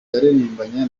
yaririmbanye